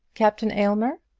captain aylmer.